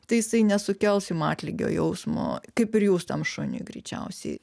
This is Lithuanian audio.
tai jisai nesukels jum atlygio jausmo kaip ir jūs tam šuniui greičiausiai